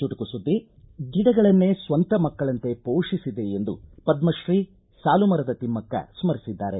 ಚುಟುಕು ಸುದ್ದಿ ಗಿಡಗಳನ್ನೇ ಸ್ವಂತ ಮಕ್ಕಳಂತೆ ಪೋಷಿಸಿದೆ ಎಂದು ಪದ್ರಶ್ರೀ ಸಾಲು ಮರದ ತಿಮ್ನಕ್ಕ ಸ್ವರಿಸಿದ್ದಾರೆ